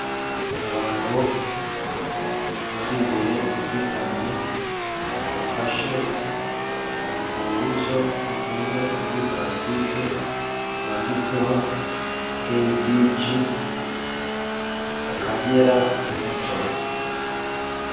Abagabo bari imbere y'ikamyo bafashe urufunguzo rukozwe muri pulasitike rwanditseho eyibiji Akagera motozi.